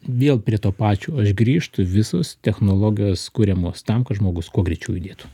vėl prie to pačio aš grįžtu visos technologijos kuriamos tam kad žmogus kuo greičiau judėtų